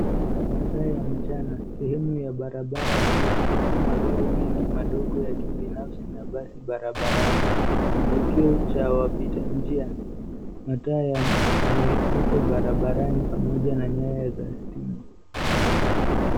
Masaa ya mchana, sehemu ya barabara kuu japo magari mengi madogo ya kibinafsi na basi barabarani, kivukio cha wapitanjia na taa ya mieko barabarani pamoja na nyaya za stima.